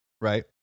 right